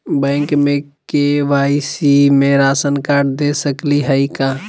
Bank में KYC में राशन कार्ड दे सकली हई का?